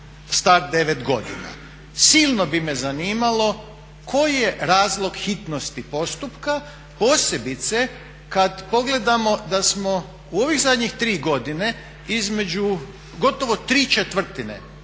star 9 godina. Silno bi me zanimalo koji je razlog hitnosti postupka, posebice kad pogledamo da smo u ove zadnje tri godine između gotovo 3/4 zakona